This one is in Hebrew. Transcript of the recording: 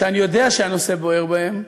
שאני יודע שהנושא בוער בהם,